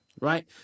right